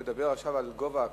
על גובה הקנס.